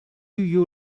you